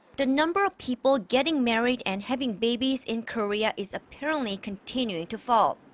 the number of people getting married and having babies in korea is apparently continuing to fall.